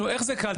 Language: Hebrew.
איך זה קל?